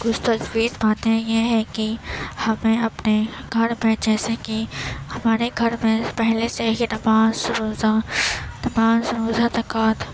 کچھ تجویز باتیں یہ ہے کہ ہمیں اپنے گھر میں جیسے کہ ہمارے گھر میں پہلے سے ہی نماز روزہ نماز روزہ زکاۃ